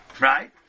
right